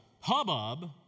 hubbub